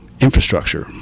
infrastructure